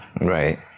right